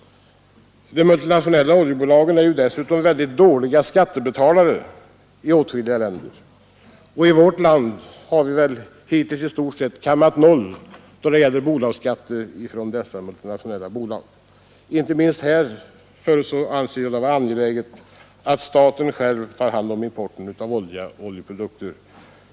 De multinationella oljebolagen är dessutom dåliga skattebetalare i åtskilliga länder. I vårt land har vi hittills i stort sett kammat noll då det gäller bolagsskatter från dessa multinationella bolag. Inte minst av den anledningen anser jag det vara angeläget att staten själv tar hand om importen av olja och oljeprodukter.